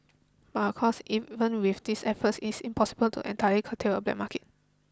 but of course even with these efforts is impossible to entirely curtail a black market